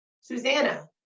Susanna